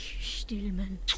Stillman